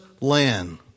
land